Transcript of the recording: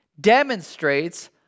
demonstrates